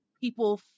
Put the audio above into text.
people